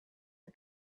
the